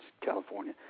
California